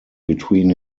between